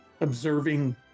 observing